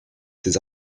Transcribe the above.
ses